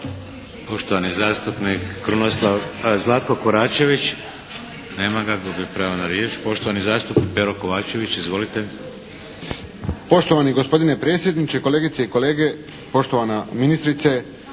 Poštovani zastupnik Zlatko Koračević. Nema ga. Gubi pravo na riječ. Poštovani zastupnik Pero Kovačević. Izvolite. **Kovačević, Pero (HSP)** Poštovani gospodine predsjedniče, kolegice i kolege, poštovana ministrice.